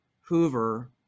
Hoover